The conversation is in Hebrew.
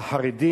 החרדי